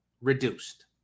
reduced